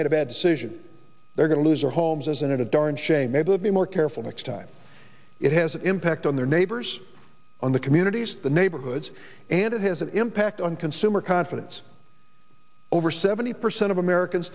made a bad decision they're going to lose their homes as in a darn shame maybe be more careful next time it has an impact on their neighbors on the communities the neighborhoods and it has an impact on consumer confidence over seventy percent of americans